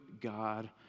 God